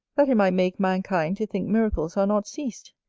that it might make mankind to think miracles are not ceased.